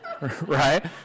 right